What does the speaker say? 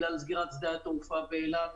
זה טרם קרה בגלל סגירת שדה התעופה באילת,